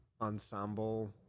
ensemble